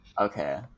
Okay